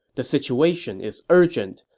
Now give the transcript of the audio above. the situation is urgent.